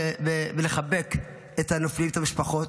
ולחבק את הנופלים, את המשפחות.